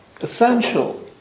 essential